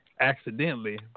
accidentally